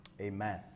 Amen